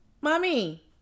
mommy